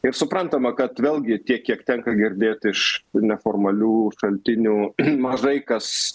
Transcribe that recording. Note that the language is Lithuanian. ir suprantama kad vėlgi tiek kiek tenka girdėt iš neformalių šaltinių mažai kas